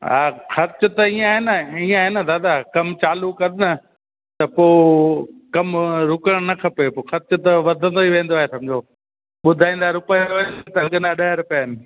हा ख़र्चु त इअं आहे न इअं आहे न दादा कमु चालू कर न त पोइ कमु रुकणु न खपे पोइ ख़र्चु त वधंदो ई वेंदो आहे सम्झो ॿुधाईंदा रुपयो आहिनि लॻंदा ॾह रुपया आहिनि